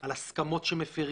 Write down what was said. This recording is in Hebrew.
על הסכמות שמפרים,